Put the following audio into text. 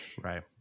Right